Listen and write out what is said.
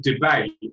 debate